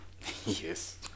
Yes